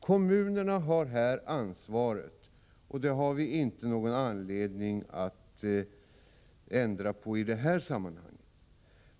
Kommunerna har här ansvaret, och vi har ingen anledning att ändra på det förhållandet i detta sammanhang.